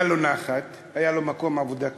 היה לו נחת, היה לו מקום עבודה קבוע,